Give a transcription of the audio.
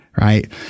Right